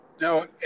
No